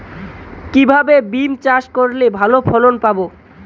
কিভাবে বিম চাষ করলে ভালো ফলন পাব?